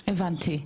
תודה.